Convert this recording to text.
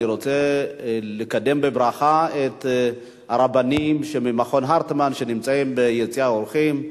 אני רוצה לקדם בברכה את הרבנים ממכון הרטמן שנמצאים ביציע האורחים.